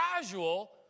casual